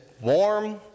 warm